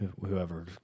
Whoever